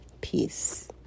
peace